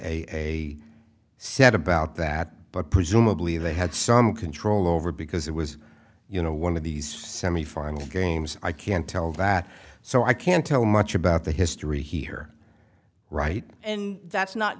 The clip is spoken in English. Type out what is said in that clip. a said about that but presumably they had some control over because it was you know one of these semifinal games i can't tell that so i can't tell much about the history here right and that's not